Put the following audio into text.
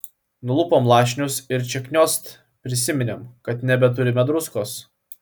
nulupom lašinius ir čia kniost prisiminėm kad nebeturime druskos